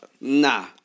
Nah